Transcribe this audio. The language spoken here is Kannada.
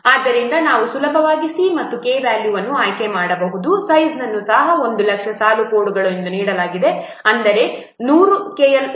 ಆದ್ದರಿಂದ ನಾವು ಸುಲಭವಾಗಿ c ಮತ್ತು k ವ್ಯಾಲ್ಯೂವನ್ನು ಆಯ್ಕೆ ಮಾಡಬಹುದು ಸೈಜ್ನನ್ನು ಸಹ1 ಲಕ್ಷ ಸಾಲುಗಳ ಕೋಡ್ ಎಂದು ನೀಡಲಾಗಿದೆ ಅಂದರೆ 100 KLOC